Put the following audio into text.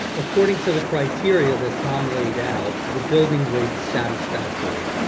according to the criteria that tom laid out the building rates satisfactory